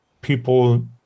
people